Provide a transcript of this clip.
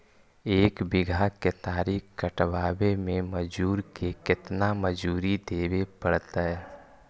एक बिघा केतारी कटबाबे में मजुर के केतना मजुरि देबे पड़तै?